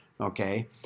okay